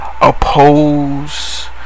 oppose